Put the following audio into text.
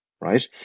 right